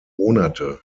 monate